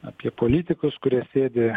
apie politikus kurie sėdi